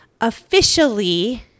officially